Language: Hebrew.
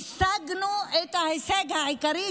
השגנו את ההישג העיקרי,